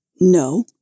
No